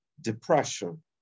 depression